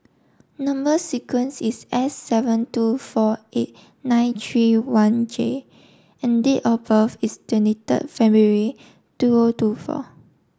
number sequence is S seven two four eight nine three one J and date of birth is twenty third February two O two four